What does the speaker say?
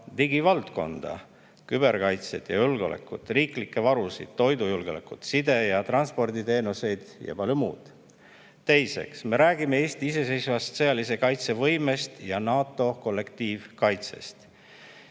digivaldkonda, küberkaitset ja julgeolekut, riiklikke varusid, toidujulgeolekut, side- ja transporditeenuseid ja palju muud. Teiseks, me räägime Eesti iseseisvast sõjalise kaitse võimest ja NATO kollektiivkaitsest.